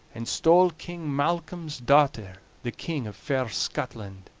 and stole king malcolm's daughter, the king of fair scotland.